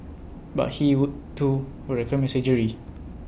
but he would too would recommend surgery